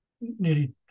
nearly